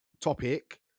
topic